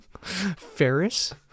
Ferris